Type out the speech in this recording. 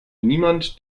niemand